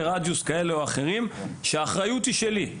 רדיוס כאלה ואחרים כשהאחריות היא שלי.